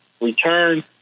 return